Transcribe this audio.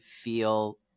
feel